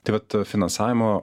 tai vat finansavimo